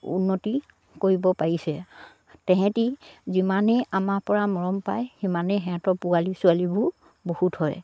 উন্নতি কৰিব পাৰিছে তেহেঁতি যিমানেই আমাৰ পৰা মৰম পায় সিমানেই সিহঁতৰ পোৱালী ছোৱালীবোৰ বহুত হয়